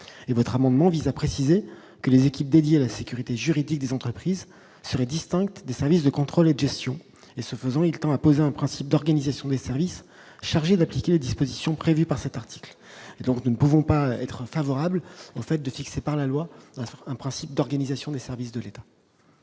votre amendement vise à préciser que les équipes dédiées à la sécurité juridique des entreprises serait distincte des services de contrôle et de gestion et, ce faisant, il tend à poser un principe d'organisation des services chargés d'appliquer les dispositions prévues par cet article, et donc nous ne pouvons pas être favorable au fait de fixer par la loi, un principe d'organisation des services de l'État.